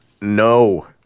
no